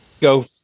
go